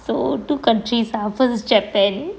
so two countries are first japan